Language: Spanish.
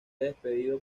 despedido